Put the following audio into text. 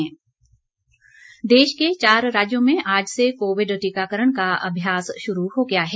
टीकाकरण अभ्यास देश के चार राज्यों में आज से कोविड टीकाकरण का अभ्यास शुरू हो गया है